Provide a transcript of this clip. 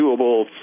doable